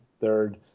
third